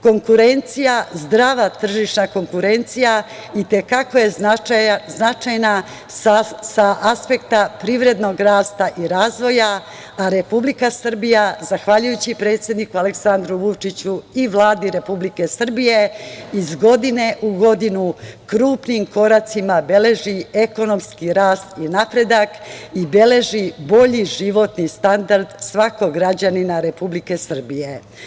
Konkurencija, zdrava tržišna konkurencija i te kako je značajna sa aspekta privrednog rasta i razvoja, a Republika Srbija, zahvaljujući predsedniku Aleksandru Vučiću i Vladi Republike Srbije iz godine u godinu krupnim koracima beleži ekonomski rast i napredak i beleži bolji životni standard svakog građanina Republike Srbije.